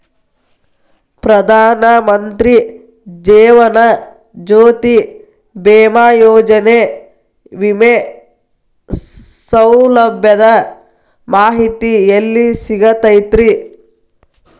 ಪ್ರಧಾನ ಮಂತ್ರಿ ಜೇವನ ಜ್ಯೋತಿ ಭೇಮಾಯೋಜನೆ ವಿಮೆ ಸೌಲಭ್ಯದ ಮಾಹಿತಿ ಎಲ್ಲಿ ಸಿಗತೈತ್ರಿ?